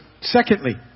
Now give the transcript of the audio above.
Secondly